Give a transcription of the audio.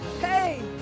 Hey